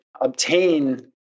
obtain